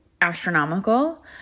astronomical